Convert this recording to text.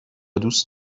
دوست